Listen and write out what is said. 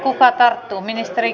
kuka tarttuu